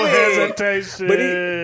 hesitation